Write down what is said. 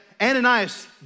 Ananias